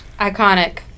Iconic